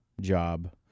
job